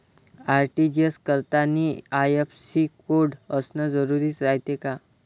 RTGS करतांनी IFSC code असन जरुरी रायते का?